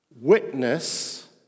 witness